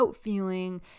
feeling